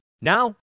Now